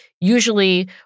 usually